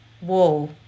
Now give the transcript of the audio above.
Whoa